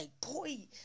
boy